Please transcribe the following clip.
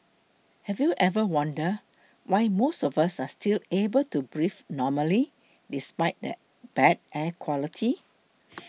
have you ever wondered why most of us are still able to breathe normally despite the bad air quality